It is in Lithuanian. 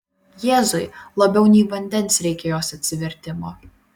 jėzui labiau nei vandens reikia jos atsivertimo